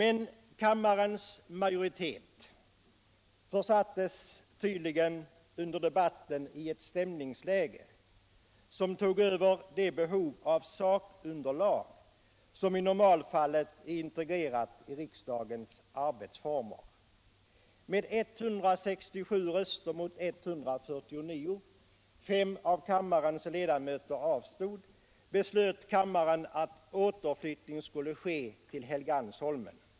Under den debatten försattes tydligen kammarens majoritet i ett stämningsläge som gjorde att man underliät att tillgodose det behov av sakunderlag som normalt är integrerat i riksdagens arbetsformer. Med 167 röster mot 149 — 5 ledamöter avstod —- beslöt kammaren att återflyttning skulle ske till Helgeandsholmen.